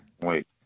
Wait